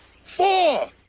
four